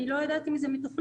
אני לא יודעת אם זה מתוכנן.